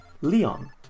Leon